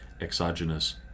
exogenous